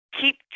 Keep